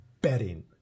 betting